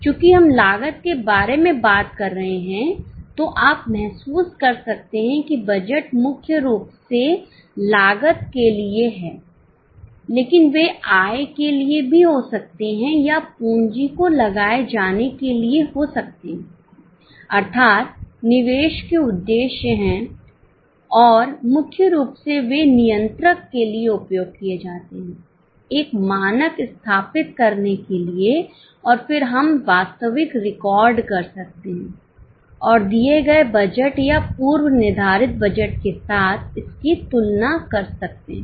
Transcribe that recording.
चूंकि हम लागत के बारे में बात कर रहे हैं तो आप महसूस कर सकते हैं कि बजट मुख्य रूप से लागत के लिए हैं लेकिन वे आय के लिए भी हो सकते हैं या पूंजी को लगाए जाने के लिए हो सकते हैं अर्थात निवेश के उद्देश्य हैं और मुख्य रूप से वे नियंत्रण के लिए उपयोग किए जाते हैं एक मानक स्थापित करने के लिए और फिर हम वास्तविक रिकॉर्ड कर सकते हैं और दिए गए बजट या पूर्व निर्धारित बजट के साथ इसकी तुलना कर सकते हैं